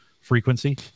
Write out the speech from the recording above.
frequency